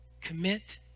Commit